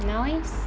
nice